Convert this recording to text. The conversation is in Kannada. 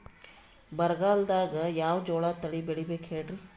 ಬರಗಾಲದಾಗ್ ಯಾವ ಜೋಳ ತಳಿ ಬೆಳಿಬೇಕ ಹೇಳ್ರಿ?